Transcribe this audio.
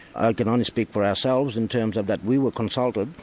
i can only speak for ourselves in terms of that. we were consulted,